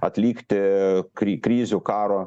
atlikti kri krizių karo